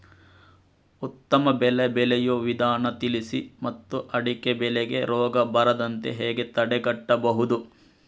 ಉತ್ತಮ ಬೆಳೆ ಬೆಳೆಯುವ ವಿಧಾನ ತಿಳಿಸಿ ಮತ್ತು ಅಡಿಕೆ ಬೆಳೆಗೆ ರೋಗ ಬರದಂತೆ ಹೇಗೆ ತಡೆಗಟ್ಟಬಹುದು?